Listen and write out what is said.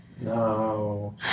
No